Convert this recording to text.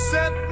Set